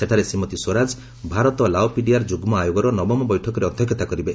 ସେଠାରେ ଶ୍ରୀମତୀ ସ୍ୱରାଜ ଭାରତ ଲାଓପିଡିଆର୍ ଯୁଗ୍ମ ଆୟୋଗର ନବମ ବୈଠକରେ ଅଧ୍ୟକ୍ଷତା କରିବେ